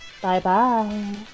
Bye-bye